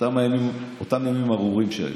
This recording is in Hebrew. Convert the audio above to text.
אותם ימים ארורים שהיו.